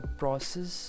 process